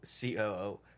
COO